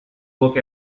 look